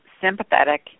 sympathetic